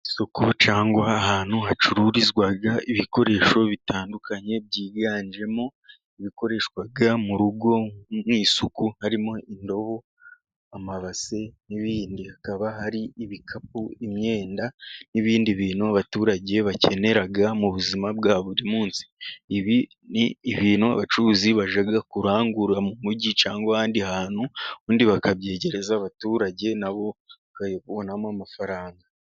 Isoko cyangwa ahantu hacururizwa ibikoresho bitandukanye, byiganjemo ibikoreshwa mu rugo mu isuku, harimo indobo, amabase n'ibindi, hakaba hari ibikapu, imyenda, n'ibindi bintu abaturage bakenera mu buzima bwa buri munsi, ibi ni ibintu abacuruzi bajya kurangura mu mujyi, cyangwa ahandi hantu, ubundi bakabyegereza abaturage, nabo bakabibonamo amafaranga.